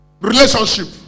relationship